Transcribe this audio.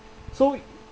so